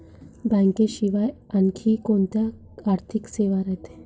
बँकेशिवाय आनखी कोंत्या आर्थिक सेवा रायते?